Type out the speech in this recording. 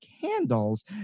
candles